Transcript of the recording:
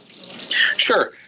sure